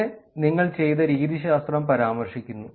പിന്നെ നിങ്ങൾ ചെയ്ത രീതിശാസ്ത്രം പരാമർശിക്കുന്നു